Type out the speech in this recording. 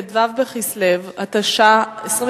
ט"ו בכסלו התשע"א,